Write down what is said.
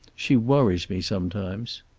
she worries me sometimes.